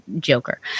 Joker